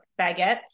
baguettes